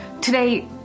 Today